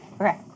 Okay